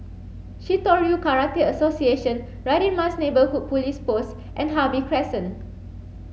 Shitoryu Karate Association Radin Mas Neighbourhood Police Post and Harvey Crescent